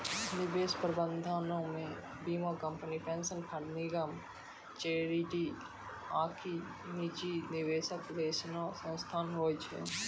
निवेश प्रबंधनो मे बीमा कंपनी, पेंशन फंड, निगम, चैरिटी आकि निजी निवेशक जैसनो संस्थान होय छै